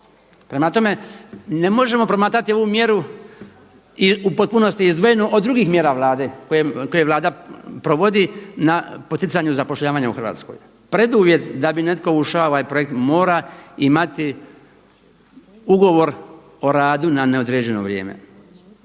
Prema tome, ne možemo promatrati ovu mjeru i u potpunosti izdvojenu od drugih mjera Vlade, koje Vlada provodi na poticanju zapošljavanja u Hrvatskoj. Preduvjet da bi netko ušao u ovaj projekt mora imati ugovor o radu na neodređeno vrijeme.